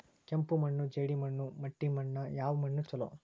ಕೆಂಪು ಮಣ್ಣು, ಜೇಡಿ ಮಣ್ಣು, ಮಟ್ಟಿ ಮಣ್ಣ ಯಾವ ಮಣ್ಣ ಛಲೋ?